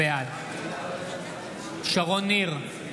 בעד שרון ניר,